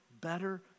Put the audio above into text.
better